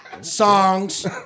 Songs